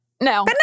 no